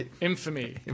Infamy